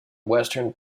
western